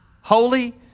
holy